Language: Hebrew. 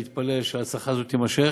להתפלל שההצלחה הזאת תימשך.